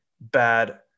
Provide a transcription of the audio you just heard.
bad